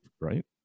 right